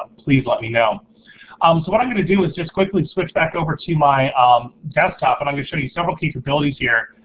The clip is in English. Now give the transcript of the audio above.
please let me know. um so what i'm gonna do is just quickly switch back over to my um desktop and i'm gonna show you several capabilities here.